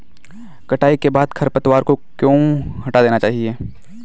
कटाई के बाद खरपतवार को क्यो हटा देना चाहिए?